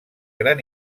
gran